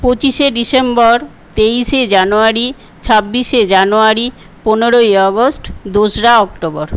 পঁচিশে ডিসেম্বর তেইশে জানুয়ারি ছাব্বিশে জানুয়ারি পনেরোই অগস্ট দোসরা অক্টোবর